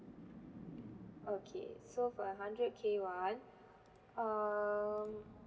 okay so for a hundred K one um